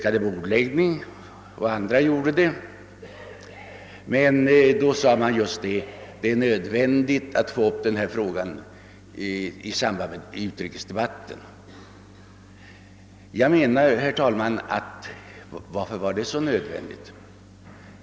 Häremot genmäldes att det var nödvändigt att få upp detta ärende till behandling i kamrarna vid utrikesdebatten. Varför var det så nödvändigt?